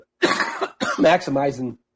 maximizing –